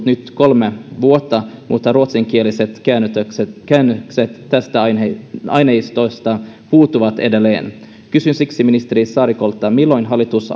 nyt kolme vuotta mutta ruotsinkieliset käännökset käännökset tästä aineistosta aineistosta puuttuvat edelleen kysyn siksi ministeri saarikolta milloin hallitus